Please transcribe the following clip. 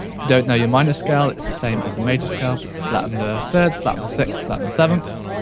if you don't know your minor scale it's the same as the major scale but you flatten the third, flatten the sixth, flatten the seventh.